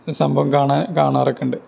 അത് സംഭവം കാണാറൊക്കെയുണ്ട്